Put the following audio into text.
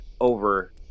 over